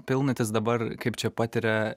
pilnatys dabar kaip čia patiria